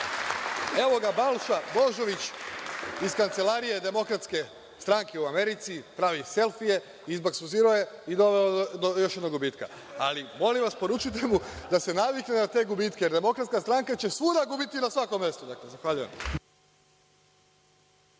Evo, ga Balša Božović iz kancelarije Demokratske stranke u Americi, pravi selfije, izbaksuzirao je i doveo do još jednog gubitka. Ali, molim vas poručite mu da se navikne na te gubitke da Demokratska stranka će svuda gubiti i na svakom mestu. Zahvaljujem.(Radoslav